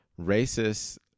racist